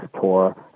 tour